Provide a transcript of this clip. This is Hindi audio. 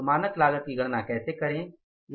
तो मानक लागत की गणना कैसे करें